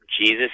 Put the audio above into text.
jesus